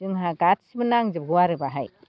जोंहा गासिबो नांजोबगौ आरो बाहाय